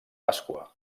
pasqua